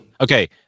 Okay